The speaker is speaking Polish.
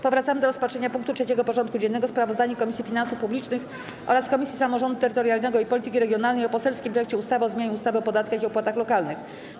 Powracamy do rozpatrzenia punktu 3. porządku dziennego: Sprawozdanie Komisji Finansów Publicznych oraz Komisji Samorządu Terytorialnego i Polityki Regionalnej o poselskim projekcie ustawy o zmianie ustawy o podatkach i opłatach lokalnych.